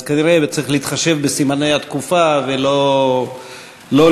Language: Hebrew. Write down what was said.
אז כנראה צריך להתחשב בסימני התקופה ולא להגזים.